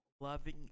loving